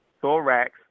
thorax